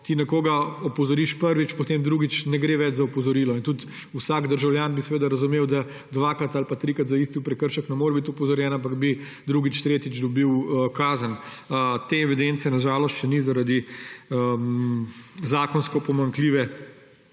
ti nekoga opozoriš prvič, potem drugič ne gre več za opozorilo. In tudi vsak državljan bi seveda razumel, da dvakrat ali pa trikrat za isti prekršek ne more biti opozorjen, ampak bi drugič, tretjič dobil kazen. Te evidence na žalost še ni zaradi zakonsko pomanjkljive